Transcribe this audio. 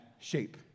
shape